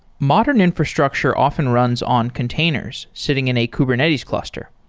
modern infrastructure often runs on containers sitting in a kubernetes cluster.